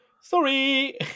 Sorry